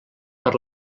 per